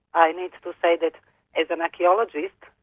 i need to to say that as an archaeologist,